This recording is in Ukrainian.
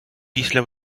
після